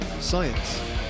science